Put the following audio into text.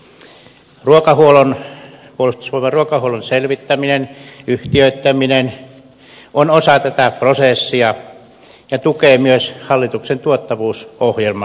puolustusvoimain ruokahuollon selvittäminen yhtiöittäminen on osa tätä prosessia ja tukee myös hallituksen tuottavuusohjelman tavoitteita